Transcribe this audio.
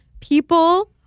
people